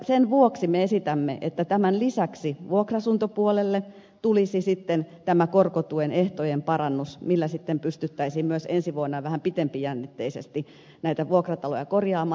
sen vuoksi me esitämme että tämän lisäksi vuokra asuntopuolelle tulisi vielä tämä korkotuen ehtojen parannus millä sitten pystyttäisiin myös ensi vuonna vähän pitempijännitteisemmin näitä vuokrataloja korjaamaan